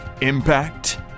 Impact